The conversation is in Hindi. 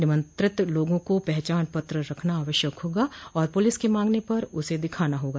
आमंत्रित लोगों को पहचान पत्र रखना आवश्यक होगा और पुलिस के मांगने पर उसे दिखाना होगा